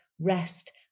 rest